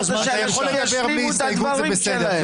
אתה יכול לדבר בלי הסתייגות, זה בסדר.